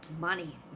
money